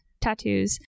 tattoos